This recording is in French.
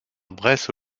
bresse